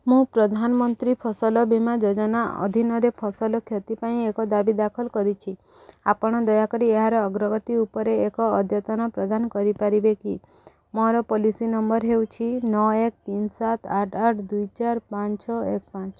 ମୁଁ ପ୍ରଧାନମନ୍ତ୍ରୀ ଫସଲ ବୀମା ଯୋଜନା ଅଧୀନରେ ଫସଲ କ୍ଷତି ପାଇଁ ଏକ ଦାବି ଦାଖଲ କରିଛି ଆପଣ ଦୟାକରି ଏହାର ଅଗ୍ରଗତି ଉପରେ ଏକ ଅଦ୍ୟତନ ପ୍ରଦାନ କରିପାରିବେ କି ମୋର ପଲିସି ନମ୍ବର୍ ହେଉଛି ନଅ ଏକ ତିନି ସାତ ଆଠ ଆଠ ଦୁଇ ଚାରି ପାଞ୍ଚ ଛଅ ଏକ ପାଞ୍ଚ